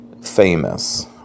famous